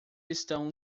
estão